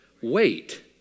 Wait